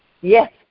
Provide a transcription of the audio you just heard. Yes